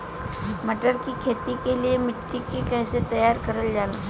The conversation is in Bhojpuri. मटर की खेती के लिए मिट्टी के कैसे तैयार करल जाला?